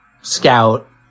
scout